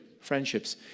friendships